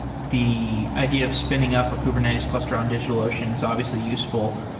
the idea of spinning up a kubernetes cluster on digitalocean is obviously useful.